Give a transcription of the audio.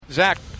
Zach